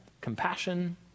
compassion